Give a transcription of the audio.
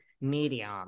Medium